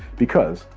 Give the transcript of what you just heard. because,